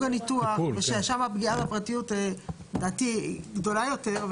הניתוח וששם פגיעה בפרטיות לדעתי היא גדולה יותר,